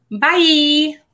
Bye